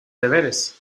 deberes